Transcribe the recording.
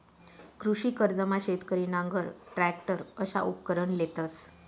कृषी कर्जमा शेतकरी नांगर, टरॅकटर अशा उपकरणं लेतंस